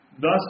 thus